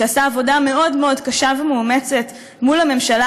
שעשה עבודה מאוד מאוד קשה ומאומצת מול הממשלה